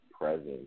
present